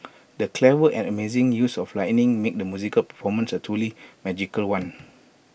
the clever and amazing use of lighting made the musical performance A truly magical one